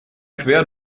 quer